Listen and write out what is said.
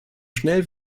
schnell